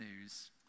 news